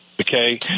okay